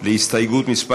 על הסתייגות מס'